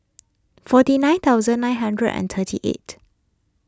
forty nine thousand nine hundred and thirty eight